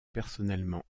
personnellement